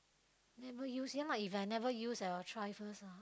never use ya If I never use I will try first ah